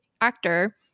actor